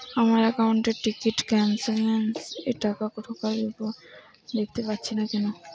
আমার একাউন্ট এ ticket cancellation এর টাকা ঢোকার বিবরণ দেখতে পাচ্ছি না কেন?